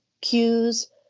cues